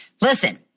listen